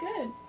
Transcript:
good